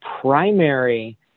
primary